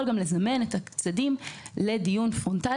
בסופו של דבר הוא יכול לזמן את הצדדים לדיון פרונטלי.